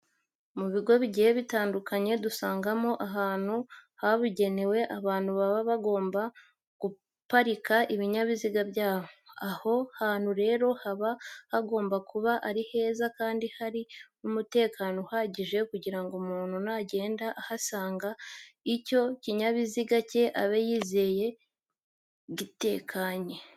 Mu bigo bigiye bitandukanye dusangamo ahantu habugenewe abantu baba bagomba guparika ibinyabiziga byabo. Aho hantu rero haba hagomba kuba ari heza kandi hari n'umutekano uhagije kugira ngo umuntu nagenda agasiga icyo kinyabiziga cye abe yizeye ko gitekanye.